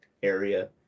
Area